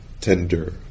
tender